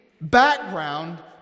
background